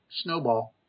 snowball